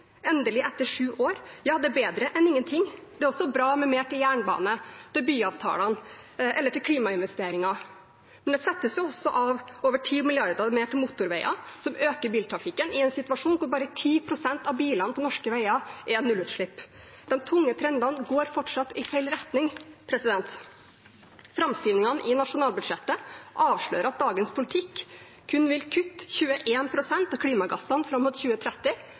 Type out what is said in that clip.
endelig, etter sju år – er bedre enn ingenting. Det er også bra med mer til jernbane og til byavtalene, eller til klimainvesteringer, men det settes også av over 10 mrd. kr mer til motorveier, som øker biltrafikken, i en situasjon hvor bare 10 pst. av bilene på norske veier er nullutslipp. De tunge trendene går fortsatt i feil retning. Framskrivningene i nasjonalbudsjettet avslører at dagens politikk kun vil kutte 21 pst. av klimagassene fram mot 2030,